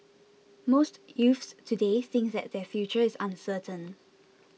most youths today think that their future is uncertain